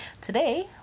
Today